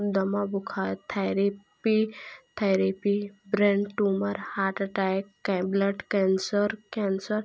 दमा बुखार therapy therapy brain tumour heart attack blood cancer cancer